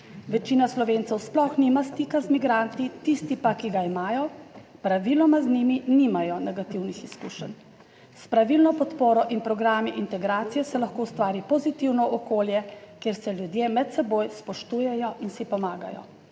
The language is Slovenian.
Večina Slovencev sploh nima stika z migranti, tisti pa, ki ga imajo, praviloma z njimi nimajo negativnih izkušenj. S pravilno podporo in programi integracije se lahko ustvari pozitivno okolje, kjer se ljudje med seboj spoštujejo in si pomagajo.